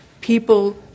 people